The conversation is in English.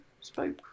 spoke